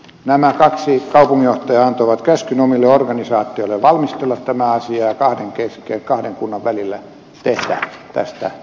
nämä kaksi kaupunginjohtajaa antoivat käskyn omille organisaatioilleen valmistella tämä asia ja kahden kunnan välillä tehdä tästä totta